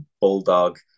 bulldog